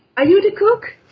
are you the cook?